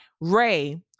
Ray